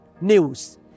news